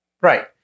Right